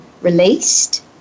released